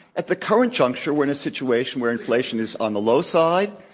at the current juncture we're in a situation where inflation is on the low side,